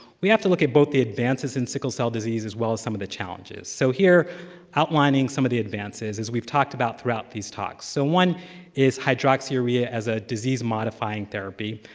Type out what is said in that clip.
we have to look at both the advances in sickle cell disease, as well as some of the challenges. so here outlining some of the advances, as we've talked about throughout these talks. so one is hydroxyurea as a disease-modifying therapy.